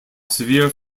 severe